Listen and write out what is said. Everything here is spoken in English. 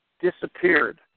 disappeared